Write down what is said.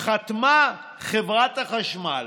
חתמה חברת החשמל